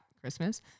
Christmas